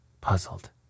puzzled